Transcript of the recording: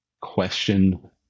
question